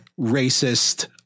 racist